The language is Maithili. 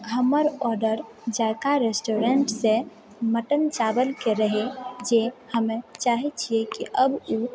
हमर ऑर्डर जायका रेस्टोरेन्टसँ मटन चावलके रहै जे हमे चाहे छिऐ कि अब ओ